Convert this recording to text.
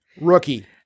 rookie